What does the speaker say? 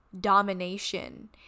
domination